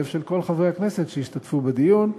על הלב של כל חברי הכנסת שהשתתפו בדיון,